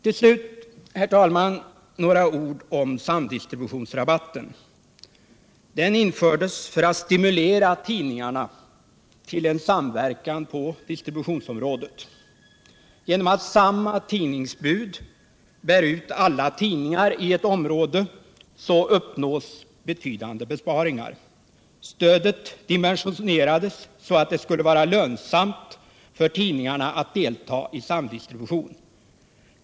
Till slut, herr talman, några ord om samdistributionsrabatten. Den infördes för att stimulera tidningarna till en samverkan på distributionsområdet. Genom att samma tidningsbud bär ut alla tidningar i ett område uppnås betydande besparingar. Stödet dimensionerades så att det skulle vara lönsamt för tidningarna att delta i samdistribution.